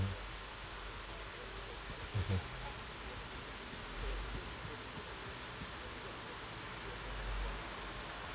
mmhmm